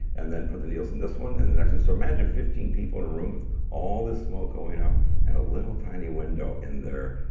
and then put the needles in this one and the next one. so imagine fifteen people in a room with all this smoke going up and a little tiny window in there.